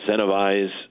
incentivize